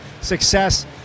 success